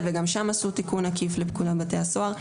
וגם שם עשו תיקון עקיף לפקודת בתי הסוהר,